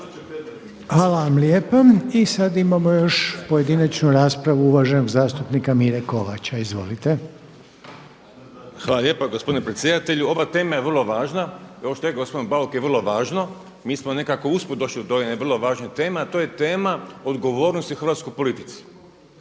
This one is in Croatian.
Hvala vam lijepa. I sada imamo još pojedinačnu raspravu uvaženog zastupnika Mire Kovača. Izvolite. **Kovač, Miro (HDZ)** Hvala lijepa gospodine predsjedatelju. Ova tema je vrlo važna kao što je rekao gospodin Bauk je vrlo važno. Mi smo nekako usput došli do ove vrlo važne teme, a to je tema odgovornosti hrvatskoj politici.